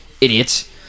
Idiots